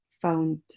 found